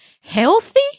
Healthy